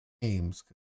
games